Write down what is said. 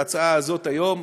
ההצעה הזו היום,